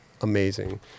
amazing